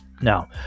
Now